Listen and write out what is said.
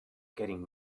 getting